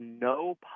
no